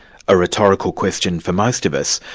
a rhetorical question for most of us,